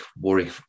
worry